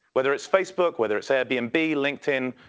whether it's facebook, whether it's air bnb, linkedin,